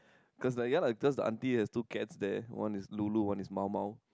cause ya lah cause the auntie has no cats there one is lulu one is mao-mao